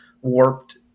warped